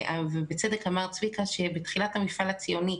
בצדק אמר צביקה שבתחילת המפעל הציוני,